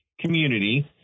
community